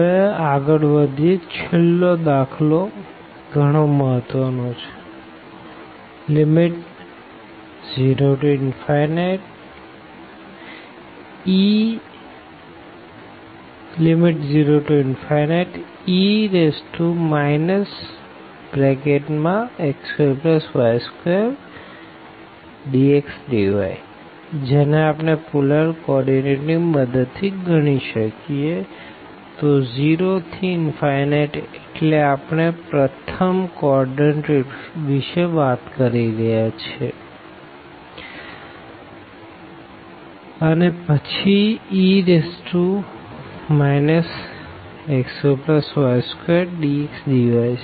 હવે છેલ્લો દાખલો ગણો મહત્વ નો છે 00e x2y2dxdy જેને આપણે પોલર કો ઓર્ડીનેટની મદદ થી ગણી શકીએતો 0 થી એટલે આપણે ફર્સ્ટ કોડરન્ટ વિષે વાત કરી રહ્યા છે સુધી અને પછી e x2y2dxdy